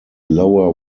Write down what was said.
lower